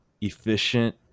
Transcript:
efficient